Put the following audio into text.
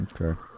Okay